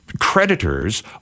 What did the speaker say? creditors